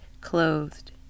clothed